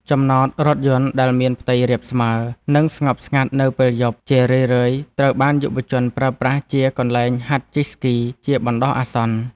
ចំណតរថយន្តដែលមានផ្ទៃរាបស្មើ និងស្ងប់ស្ងាត់នៅពេលយប់ ជារឿយៗត្រូវបានយុវជនប្រើប្រាស់ជាកន្លែងហាត់ជិះស្គីជាបណ្ដោះអាសន្ន។